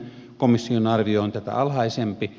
komission arvio on tätä alhaisempi